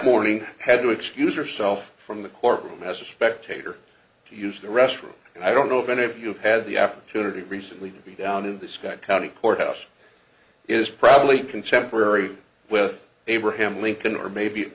morning had to excuse herself from the courtroom as a spectator to use the restroom and i don't know if any of you have had the opportunity recently to be down in the scott county courthouse is probably contemporary with abraham lincoln or maybe it